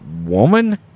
woman